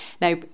Now